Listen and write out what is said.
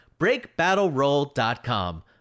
BreakBattleRoll.com